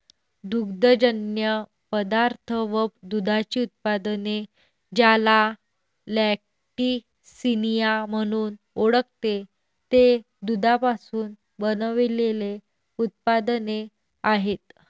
दुग्धजन्य पदार्थ व दुधाची उत्पादने, ज्याला लॅक्टिसिनिया म्हणून ओळखते, ते दुधापासून बनविलेले उत्पादने आहेत